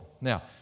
Now